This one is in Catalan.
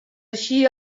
així